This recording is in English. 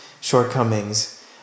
shortcomings